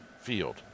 field